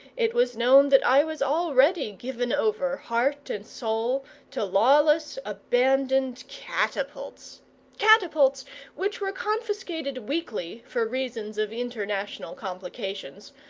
it was known that i was already given over, heart and soul, to lawless abandoned catapults catapults which were confiscated weekly for reasons of international complications,